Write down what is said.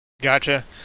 Gotcha